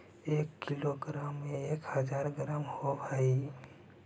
एक किलोग्राम में एक हज़ार ग्राम होव हई